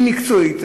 היא מקצועית,